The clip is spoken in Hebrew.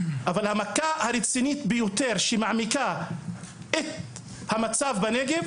אבל המכה הרצינית ביותר שמעמיקה את הבעיה של המצב בנגב,